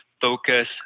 focus